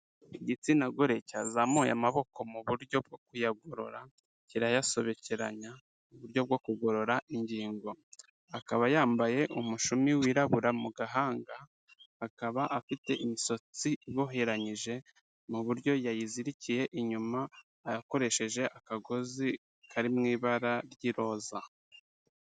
Igitsina gore cyazamuye amaboko mu buryo bwo kuyagorora, kirayasobekeranya mu buryo bwo kugorora ingingo. Akaba yambaye umushumi wirabura mu gahanga. Akaba afite imisatsi iboheranyije, mu buryo yayizirikiye inyuma akoresheje akagozi kari mu ibara ry'iroza.